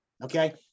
Okay